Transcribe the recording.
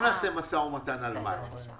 נעשה משא ומתן על מאי.